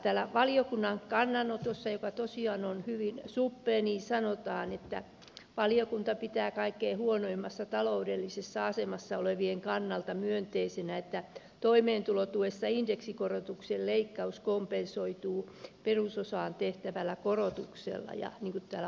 täällä valiokunnan kannanotossa joka tosiaan on hyvin suppea sanotaan että valiokunta pitää kaikkein huonoimmassa taloudellisessa asemassa olevien kannalta myönteisenä että toimeentulotuessa indeksikorotuksen leikkaus kompensoituu perusosaan tehtävällä korotuksella